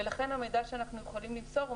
ולכן המידע שאנחנו יכולים למסור הוא